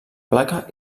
placa